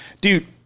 dude